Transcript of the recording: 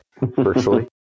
virtually